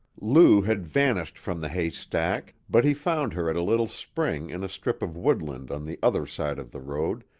lou had vanished from the haystack, but he found her at a little spring in a strip of woodland on the other side of the road,